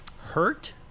Hurt